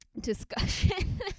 discussion